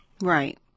right